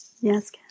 Yes